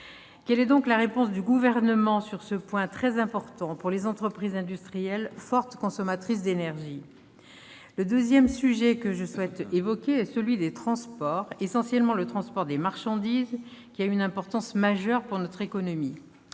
Quelle est donc la réponse du Gouvernement sur ce point très important pour les entreprises industrielles fortes consommatrices d'énergie ? Le deuxième sujet que je souhaite évoquer est celui des transports, essentiellement le transport des marchandises, qui a une importance majeure pour notre économie.